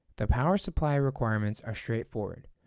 the power supply requirements are straightforward.